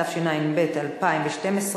התשע"ב 2012,